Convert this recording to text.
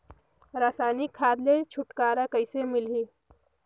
रसायनिक खाद ले छुटकारा कइसे मिलही?